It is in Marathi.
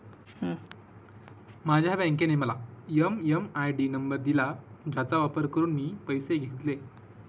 माझ्या बँकेने मला एम.एम.आय.डी नंबर दिला ज्याचा वापर करून मी पैसे घेतले